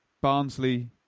Barnsley